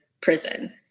prison